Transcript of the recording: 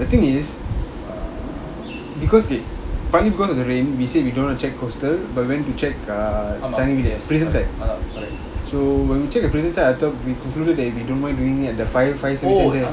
the thing is because okay partly because of the rain we said we don't know how to check coastal but we went to check ah prison check so when we check the prison side I thought we concluded that we don't mind doing it at the fire fire section there